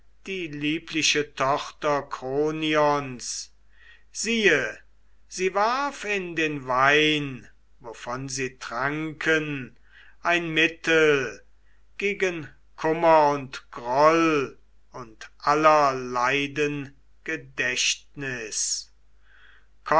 die liebliche tochter kronions siehe sie warf in den wein wovon sie tranken ein mittel gegen kummer und groll und aller leiden gedächtnis